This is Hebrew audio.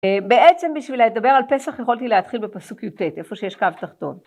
בעצם בשביל לדבר על פסח יכולתי להתחיל בפסוק י"ט איפה שיש קו תחתון.